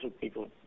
people